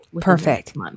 Perfect